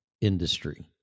industry